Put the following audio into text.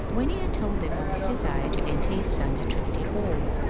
when he had told them of his desire to enter his son at trinity hall,